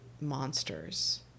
monsters